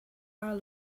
are